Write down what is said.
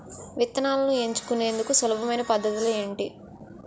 విత్తనాలను ఎంచుకునేందుకు సులభమైన పద్ధతులు ఏంటి?